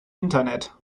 internet